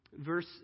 Verse